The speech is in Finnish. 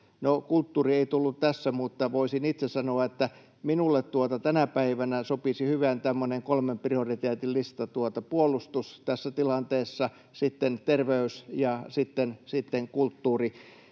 kulttuuri ei tullut tässä, mutta voisin itse sanoa, että minulle tänä päivänä sopisi hyvin tämmöinen kolmen prioriteetin lista: puolustus tässä tilanteessa, sitten terveys ja sitten kulttuuri.